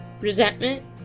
resentment